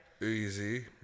Easy